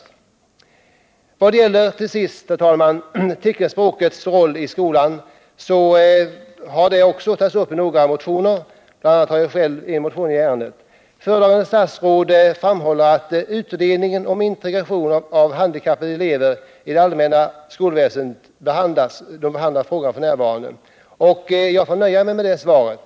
I vad det till sist gäller teckenspråkets roll i skolan, herr talman, har denna fråga tagits upp i några motioner. Bl. a. har jag själv avgett en motion i ärendet. Föredragande statsrådet framhåller att utredningen om integration av handikappade elever i det allmänna skolväsendet behandlar frågan f.n. Jag får väl nöja mig med det svaret.